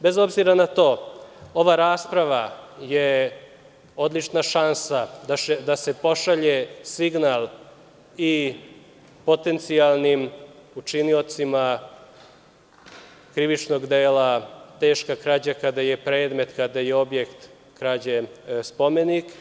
Bez obzira na to, ova rasprava je odlična šansa da se pošalje signal i potencijalnim učiniocima krivičnog dela teška krađa, kada je predmet, kada je objekt krađe spomenik.